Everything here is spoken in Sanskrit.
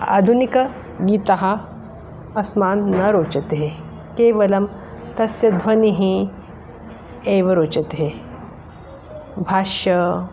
आधुनिकगीतम् अस्मान् न रोचते केवलं तस्य ध्वनिः एव रोचते भाष्य